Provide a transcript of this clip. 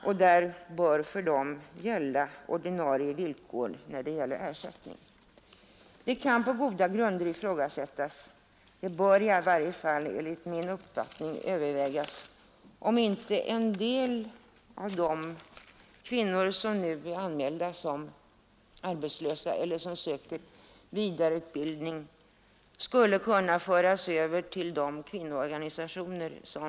Då bör för dem gälla ordinarie villkor när det gäller ersättning. Det kan på goda grunder ifrågasättas — det bör i varje fall enligt min uppfattning övervägas — om inte en del av de kvinnor som nu blir anmälda som arbetslösa eller som söker vidareutbildning skulle kunna föras över till våra kvinnoorganisationer.